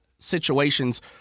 situations